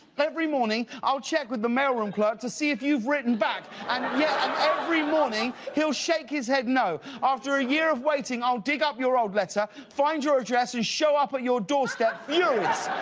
every morning, i'll check with the mailroom clerk to see if you've written back yet and yeah every morning he'll shake his head no. after a year of waiting, i'll dig up your old letter, find your address and show up at your doorstep, furious.